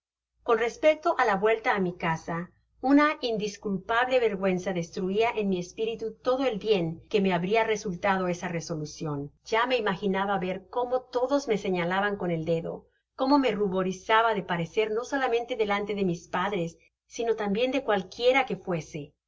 con respecto á la vuelta á mi casa una indisculpable vergüenza destruia en mi espiritu todo el bien que me habria resultado esta resolucion ya imaginaba ver cómo todos me señalaban con el dedo cómo me ruborizaba de parecer no solamente delante de mis padres sino tambien de cualquiera que fuese